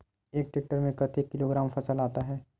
एक टेक्टर में कतेक किलोग्राम फसल आता है?